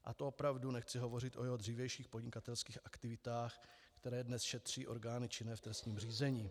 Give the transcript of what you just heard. A to opravdu nechci hovořit o jeho dřívějších podnikatelských aktivitách, které dnes šetří orgány činné v trestním řízení.